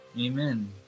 Amen